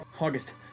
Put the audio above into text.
August